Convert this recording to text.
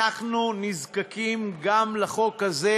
אנחנו נזקקים גם לחוק הזה,